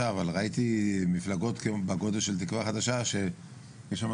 אבל ראיתי מפלגות בגודל של תקווה חדשה שיש שם